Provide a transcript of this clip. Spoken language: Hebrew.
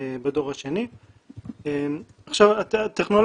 אנחנו יודעים שנושאים שמגיעים מאוחר מההתפתחות,